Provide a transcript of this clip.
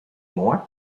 more